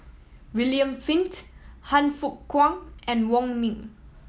William Flint Han Fook Kwang and Wong Ming